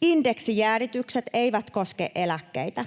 Indeksijäädytykset eivät koske eläkkeitä.